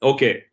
Okay